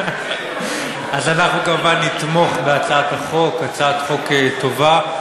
אנחנו כמובן נתמוך בהצעת החוק, הצעת חוק טובה.